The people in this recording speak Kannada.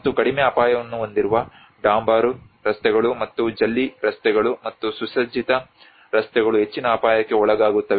ಮತ್ತು ಕಡಿಮೆ ಅಪಾಯವನ್ನು ಹೊಂದಿರುವ ಡಾಂಬರು ರಸ್ತೆಗಳು ಮತ್ತು ಜಲ್ಲಿ ರಸ್ತೆಗಳು ಮತ್ತು ಸುಸಜ್ಜಿತ ರಸ್ತೆಗಳು ಹೆಚ್ಚಿನ ಅಪಾಯಕ್ಕೆ ಒಳಗಾಗುತ್ತವೆ